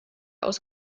aus